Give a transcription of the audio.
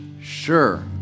sure